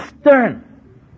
stern